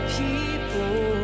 people